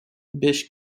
beige